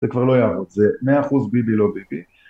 זה כבר לא יעבוד, זה כבר 100% ביבי לא ביבי